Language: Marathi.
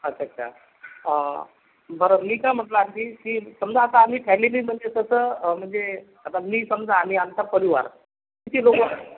अच्छा अच्छा बरं मी काय म्हटलं अगदी की समजा आता आम्ही फॅमिली म्हणजे तसं म्हणजे आता मी समजा आम्ही आमचा परिवार किती लोक